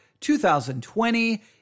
2020